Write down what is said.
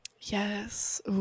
Yes